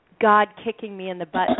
God-kicking-me-in-the-butt